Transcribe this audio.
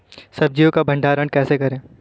सब्जियों का भंडारण कैसे करें?